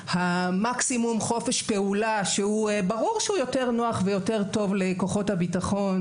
המקסימום חופש פעולה שברור שהוא יותר נוח ויותר טוב לכוחות הביטחון